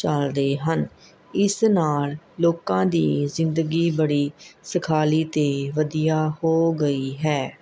ਚੱਲਦੇ ਹਨ ਇਸ ਨਾਲ਼ ਲੋਕਾਂ ਦੀ ਜ਼ਿੰਦਗੀ ਬੜੀ ਸਿਖਾਲੀ ਅਤੇ ਵਧੀਆ ਹੋ ਗਈ ਹੈ